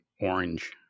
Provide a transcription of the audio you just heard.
orange